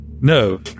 No